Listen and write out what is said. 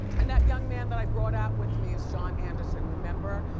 and that young man that i brought out with me is john anderson. remember,